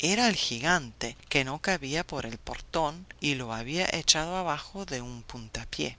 era el gigante que no cabía por el portón y lo había echado abajo de un puntapié